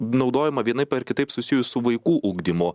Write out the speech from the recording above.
naudojama vienaip ar kitaip susijus su vaikų ugdymu